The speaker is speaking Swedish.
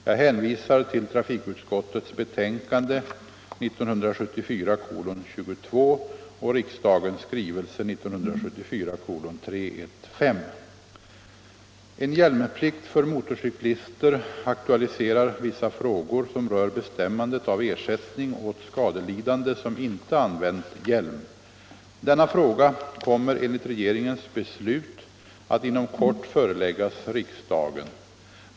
Jag hänvisar till trafikutskottets betänkande 1974:22 och riksdagens skrivelse 1974:315. En hjälmplikt för motorcyklister aktualiserar vissa frågor som rör bestämmandet av ersättning åt skadelidande som inte använt hjälm. Denna fråga kommer enligt regeringens beslut att inom kort föreläggas riksdagen.